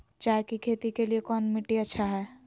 चाय की खेती के लिए कौन मिट्टी अच्छा हाय?